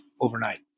overnight